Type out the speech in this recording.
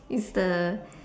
is the